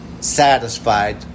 satisfied